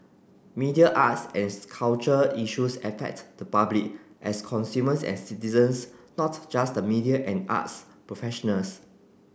media arts and culture issues affect the public as consumers and citizens not just the media and arts professionals